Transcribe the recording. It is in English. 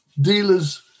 dealers